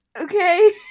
Okay